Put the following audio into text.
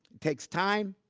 takes time.